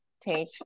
take